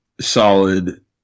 solid